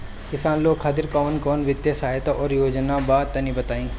किसान लोग खातिर कवन कवन वित्तीय सहायता और योजना बा तनि बताई?